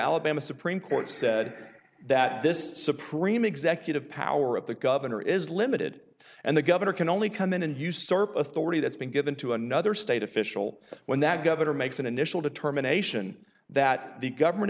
alabama supreme court said that this supreme executive power of the governor is limited and the governor can only come in and usurp authority that's been given to another state official when that governor makes an initial determination that the government